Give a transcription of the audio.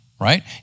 right